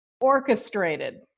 orchestrated